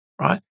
right